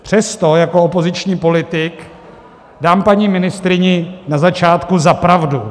Přesto jako opoziční politik dám paní ministryni na začátku za pravdu.